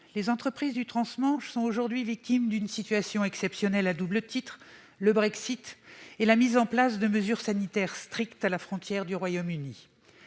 les entreprises du trans-Manche sont aujourd'hui victimes d'une situation exceptionnelle à double titre, du fait du Brexit et de la mise en place de mesures sanitaires strictes à la frontière du Royaume-Uni.